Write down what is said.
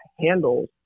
handles